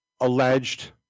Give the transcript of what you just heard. alleged